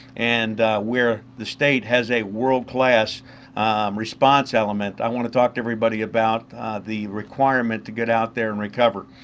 and where the state has a world-class response element, i want to talk to everybody about the requirement to get out there and recover.